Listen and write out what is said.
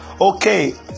Okay